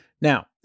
Now